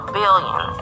billion